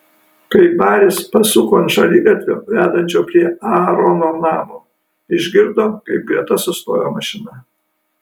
kai baris pasuko ant šaligatvio vedančio prie aarono namo išgirdo kaip greta sustojo mašina